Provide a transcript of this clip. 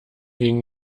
gegen